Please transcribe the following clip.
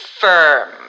firm